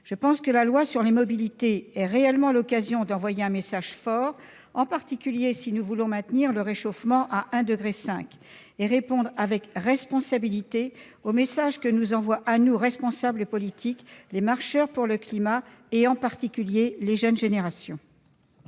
Le présent projet de loi est réellement l'occasion d'envoyer un message fort, en particulier si nous voulons limiter le réchauffement à 1,5° et répondre avec responsabilité au message que nous envoient à nous, responsables politiques, les marcheurs pour le climat, en particulier les jeunes générations.